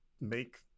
make